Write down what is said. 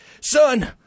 son